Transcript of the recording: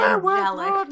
Angelic